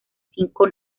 cinco